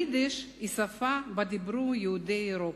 היידיש היא שפה שבה דיברו יהודי אירופה.